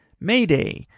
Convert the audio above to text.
Mayday